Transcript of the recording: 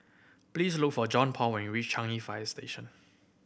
please look for Johnpaul when you reach Changi Fire Station